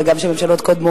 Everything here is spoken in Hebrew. אלא גם של ממשלות קודמות.